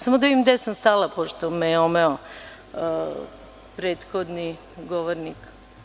Samo da pogledam gde sam stala, pošto me je omeo prethodni govornik.